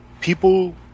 people